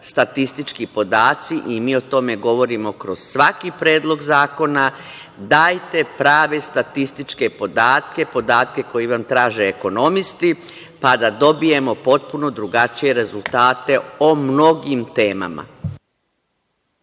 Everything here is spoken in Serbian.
statistički podaci i mi o tome govorim kroz svaki predlog zakona, dajte prave statističke podatke, podatke koji vam traže ekonomisti, pa da dobijemo potpuno drugačije rezultate o mnogim temama.